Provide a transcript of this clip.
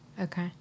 Okay